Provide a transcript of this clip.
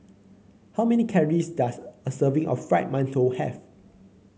how many calories does a serving of Fried Mantou have